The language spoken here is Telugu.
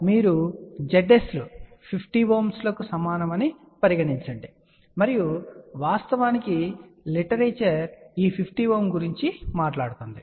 కాబట్టి ఇక్కడ మీరు Zs లు 50 ohm లకు సమానం అని చూడవచ్చు మరియు వాస్తవానికి లిటరేచర్ ఈ 50 ohm గురించి మాట్లాడుతుంది